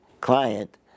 client